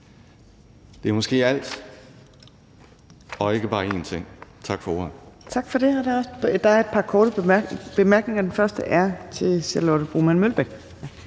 Det er måske alt og ikke bare én ting. Tak for ordet.